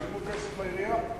שילמו כסף לעירייה.